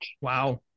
Wow